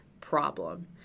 problem